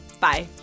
Bye